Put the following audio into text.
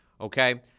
okay